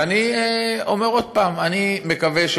ואני אומר עוד פעם: אני מקווה שבסוף,